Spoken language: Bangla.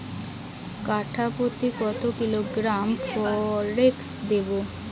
কাঠাপ্রতি কত কিলোগ্রাম ফরেক্স দেবো?